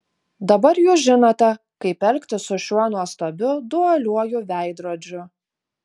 dabar jūs žinote kaip elgtis su šiuo nuostabiu dualiuoju veidrodžiu